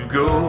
go